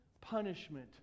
punishment